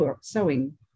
sewing